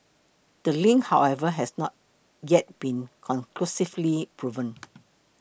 the link however has not yet been conclusively proven